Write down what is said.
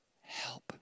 help